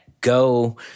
go